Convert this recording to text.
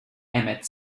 emmett